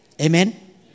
Amen